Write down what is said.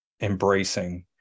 embracing